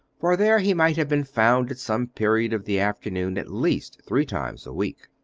for there he might have been found at some period of the afternoon at least three times a week.